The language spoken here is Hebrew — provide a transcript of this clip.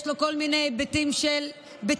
יש בו כל מיני היבטים של בטיחות,